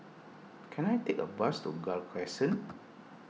can I take a bus to Gul Crescent